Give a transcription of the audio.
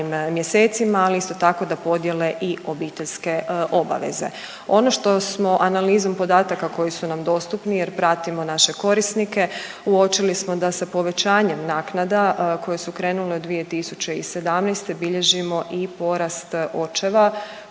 ali isto tako da podjele i obiteljske obaveze. Ono što smo analizom podataka koji su nam dostupni jer pratimo naše korisnike uočili smo da sa povećanjem naknada koje su krenule od 2017. bilježimo i porast očeva